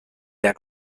der